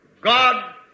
God